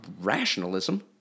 rationalism